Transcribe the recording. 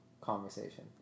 conversation